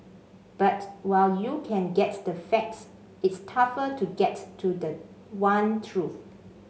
but while you can get the facts it's tougher to get to the one truth